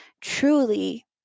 truly